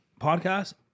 podcast